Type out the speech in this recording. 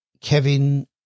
Kevin